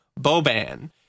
Boban